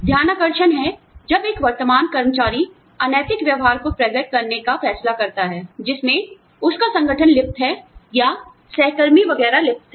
ध्यानाकर्षण है जब एक वर्तमान कर्मचारी अनैतिक व्यवहार को प्रकट करने का फैसला करता है जिसमें उसका संगठन लिप्त है या सहकर्मी वगैरह लिप्त हैं